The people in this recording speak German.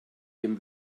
dem